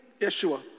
Yeshua